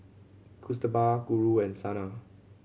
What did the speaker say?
Kasturba Guru and Saina